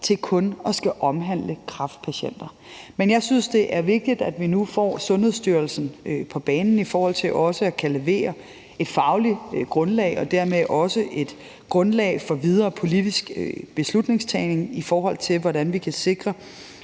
til kun at skulle omhandle kræftpatienter. Men jeg synes, det er vigtigt, at vi nu får Sundhedsstyrelsen på banen i forhold til at kunne levere et fagligt grundlag og dermed også et grundlag for den videre politiske beslutningstagen, i forhold til hvordan vi kan sikre